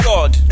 God